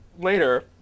later